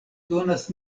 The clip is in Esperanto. donas